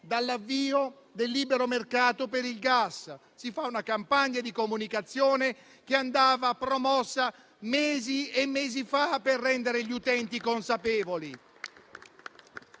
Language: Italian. dall'avvio del libero mercato per il gas. Si fa una campagna di comunicazione che andava promossa mesi e mesi fa per rendere gli utenti consapevoli.